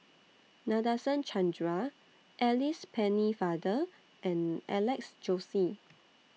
Nadasen Chandra Alice Pennefather and Alex Josey